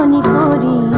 i mean equality